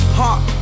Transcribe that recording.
heart